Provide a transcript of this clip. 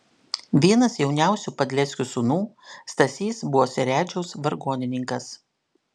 vienas jauniausių padleckių sūnų stasys buvo seredžiaus vargonininkas